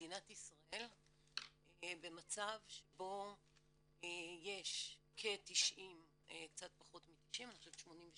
כמדינת ישראל במצב שבו יש קצת פחות מ-90, 86